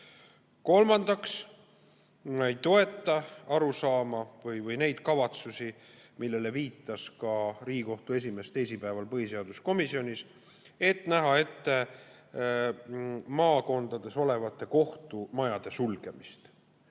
Kolmandaks, ma ei toeta arusaama või neid kavatsusi, millele viitas ka Riigikohtu esimees teisipäeval põhiseaduskomisjonis, et näha ette maakondades olevate kohtumajade sulgemist.